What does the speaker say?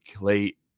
late